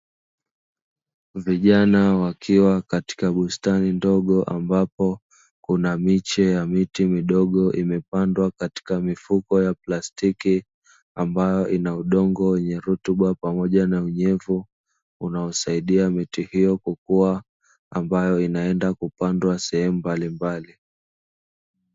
Vijana wakiwa katika bustani ndogo ambapo kuna miche ya miti midogo imepandwa katika mifuko ya plastiki, ambayo ina udongo wenye rutuba pamoja na unyevu unaosaidia miti hiyo kukua ambayo inaenda kupandwa sehemu mbalimbali.